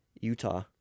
Utah